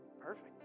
perfect